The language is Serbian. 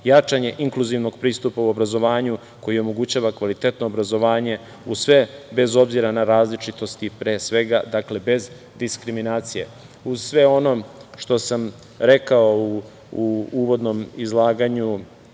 jačanje inkluzivnog pristupa u obrazovanju, koji omogućava kvalitetno obrazovanje uz sve bez obzira na različitost pre svega. Dakle, bez diskriminacije. Uz sve ono što sam rekao u uvodnom izlaganju